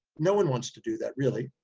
no one wants to do that really.